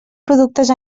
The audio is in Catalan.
productes